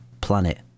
planet